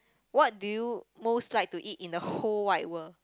what do you most like to eat in the whole wide world